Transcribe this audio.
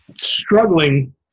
struggling